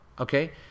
okay